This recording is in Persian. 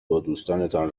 بادوستانتان